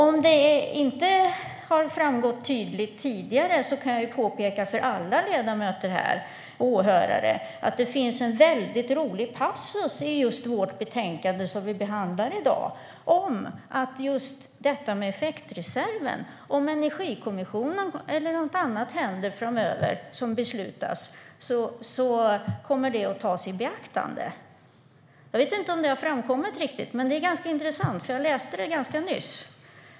Om det inte har framgått tydligt tidigare kan jag påpeka för alla ledamöter och åhörare här att det finns en väldigt rolig passus i det betänkande vi behandlar i dag om just detta med effektreserven. Om Energikommissionen eller något annat händer framöver som beslutas kommer det att tas i beaktande. Jag vet inte om det har framkommit riktigt, men det är ganska intressant. Jag läste det ganska nyss.